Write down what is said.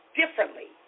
differently